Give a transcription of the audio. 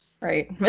Right